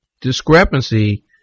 discrepancy